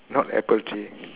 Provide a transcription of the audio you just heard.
not apple tree